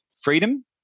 freedom